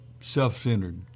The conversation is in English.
self-centered